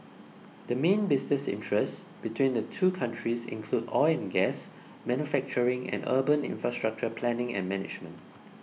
the main business interests between the two countries include oil and gas manufacturing and urban infrastructure planning and management